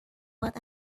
what